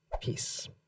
Peace